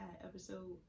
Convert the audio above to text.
episode